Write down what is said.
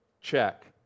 check